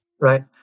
right